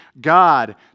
God